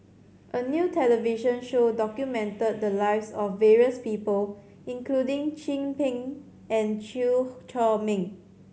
a new television show documented the lives of various people including Chin Peng and Chew Chor Meng